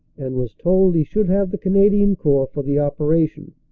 and was told he should have the canadian corps for the operation.